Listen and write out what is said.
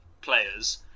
players